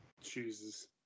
Jesus